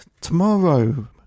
tomorrow